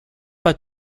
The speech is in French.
pas